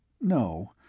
No